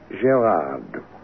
Gerard